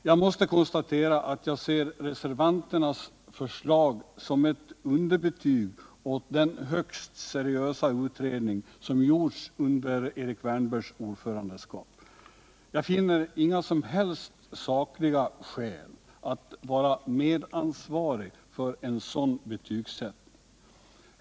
Jag måste konstatera att jag ser reservanternas förslag som ett underbetyg åt den högst seriösa utredning som gjorts under Erik Wärnbergs ordförandeskap. Jag finner inga som helst sakliga skäl att vara medansvarig för en sådan betygsättning.